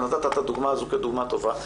ונתת את הדוגמא הזו כדוגמא טובה,